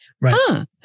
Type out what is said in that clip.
Right